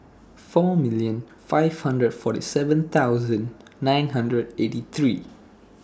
four million five hundred forty seven thousand nine hundred eighty three